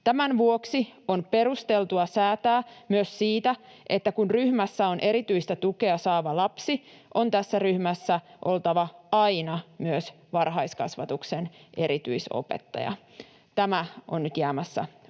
Tämän vuoksi on perusteltua säätää myös siitä, että kun ryhmässä on erityistä tukea saava lapsi, on tässä ryhmässä oltava aina myös varhaiskasvatuksen erityisopettaja. Tämä on nyt jäämässä